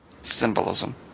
Symbolism